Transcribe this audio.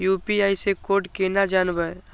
UPI से code केना जानवै?